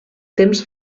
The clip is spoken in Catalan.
temps